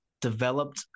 developed